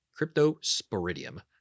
Cryptosporidium